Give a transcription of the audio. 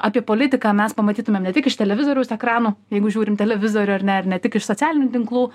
apie politiką mes pamatytumėm ne tik iš televizoriaus ekranų jeigu žiūrim televizorių ar ne ir ne tik iš socialinių tinklų